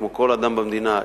כמו כל אדם במדינה,